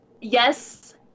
yes